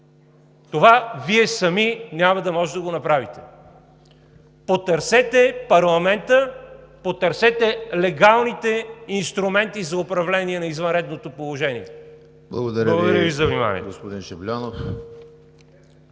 Това Вие сами няма да може да го направите. Потърсете парламента, потърсете легалните инструменти за управление на извънредното положение! Благодаря Ви за вниманието.